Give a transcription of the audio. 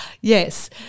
yes